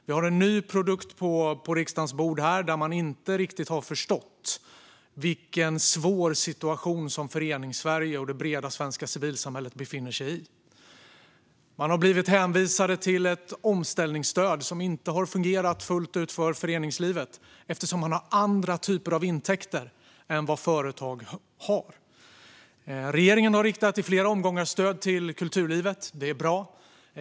Vi har en ny produkt på riksdagens bord där regeringen inte riktigt har förstått vilken svår situation som Föreningssverige och det breda svenska civilsamhället befinner sig i. Man har blivit hänvisad till ett omställningsstöd som inte har fungerat fullt ut för föreningslivet, eftersom man har andra typer av intäkter än vad företag har. Regeringen har i flera omgångar riktat stöd till kulturlivet. Det är bra.